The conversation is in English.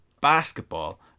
Basketball